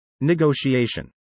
Negotiation